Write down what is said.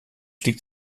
liegt